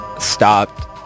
stopped